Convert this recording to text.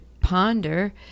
ponder